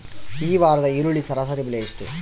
ಈ ವಾರದ ಈರುಳ್ಳಿ ಸರಾಸರಿ ಬೆಲೆ ಎಷ್ಟು?